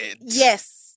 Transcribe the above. Yes